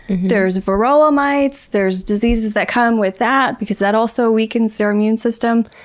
there's varroa mites, there's diseases that come with that because that also weakens their immune system.